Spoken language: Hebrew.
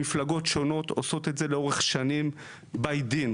מפלגות שונות עושות את זה לאורך שנים בדין.